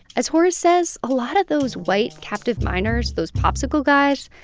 as horace says, a lot of those white captive miners, those popsicle guys,